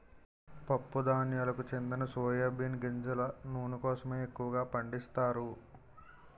పప్పు ధాన్యాలకు చెందిన సోయా బీన్ గింజల నూనె కోసమే ఎక్కువగా పండిస్తారు